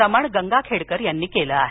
रमण गंगाखेडकर यांनी केलं आहे